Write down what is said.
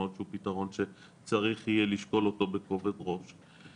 פתרון שצריך יהיה לשקול אותו בכובד ראש.